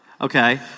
Okay